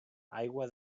aigua